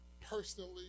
personally